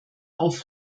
auf